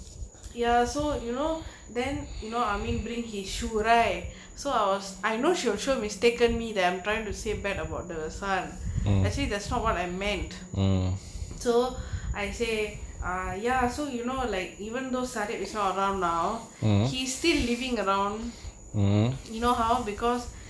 ya so you know then you know I mean bring his shoe right so I was I know she will sure mistaken me that I'm trying to say bad about her son actually that's not what I meant so I say ah ya so you know like even though Sari is around now he still living alone you know how because